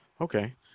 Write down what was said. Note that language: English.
Okay